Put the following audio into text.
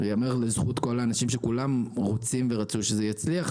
ייאמר לזכות כל האנשים שכולם רוצים ורצו שזה יצליח,